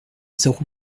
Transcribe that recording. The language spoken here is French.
zéro